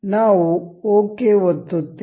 ನಾವು ಓಕೆ ಒತ್ತುತ್ತೇವೆ